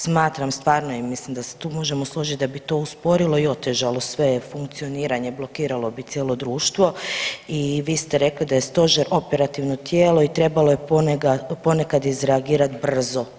Smatram stvarno i mislim da se tu možemo složiti da bi to usporilo i otežalo sve funkcioniranje, blokiralo bi cijelo društvo i vi ste rekli da je stožer operativno tijelo i trebalo je ponekad izreagirati brzo.